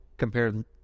Compared